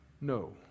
No